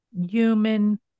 human